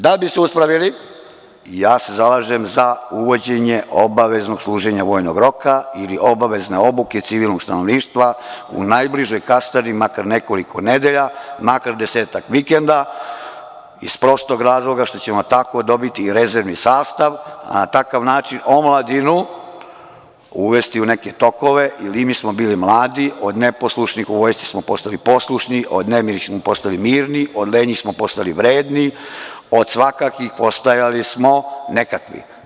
Da bi se uspravili ja se zalažem za uvođenje obaveznog služenja vojnog roka ili obavezne obuke civilnog stanovništva u najbližoj kasarni, makar nekoliko nedelja, makar desetak vikenda, iz prostog razloga što ćemo tako dobiti rezervni sastav, a na takav način omladinu uvesti u neke tokove, jel i mi smo bili mladi od neposlušnih, u vojsci smo postali poslušni, od nemirnih smo postali mirni, od lenjih smo postali vredni, od svakakvih postajali smo nekakvi.